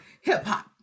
hip-hop